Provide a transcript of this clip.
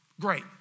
Great